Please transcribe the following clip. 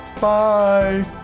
Bye